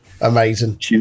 amazing